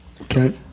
Okay